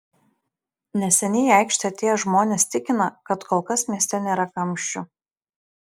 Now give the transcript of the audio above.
neseniai į aikštę atėję žmonės tikina kad kol kas mieste nėra kamščių